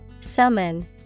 Summon